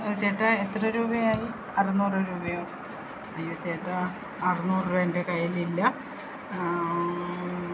ചേട്ടാ എത്ര രൂപയായി അറുന്നൂറു രൂപയോ അയ്യോ ചേട്ടാ അറുന്നൂറു രൂപ എൻ്റെ കയ്യിൽ ഇല്ല